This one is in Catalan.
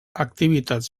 activitats